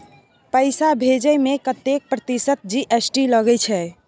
पैसा भेजै में कतेक प्रतिसत जी.एस.टी लगे छै?